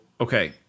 okay